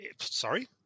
Sorry